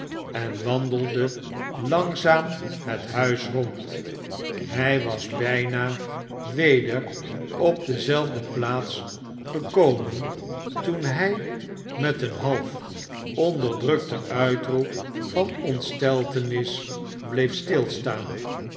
en wandelde langzaam het huis rond hij was bijna weder op dezelfde plaats gekomen toen hij met een half onderdrukten uitroep van ontsteltenis bleef stilstaan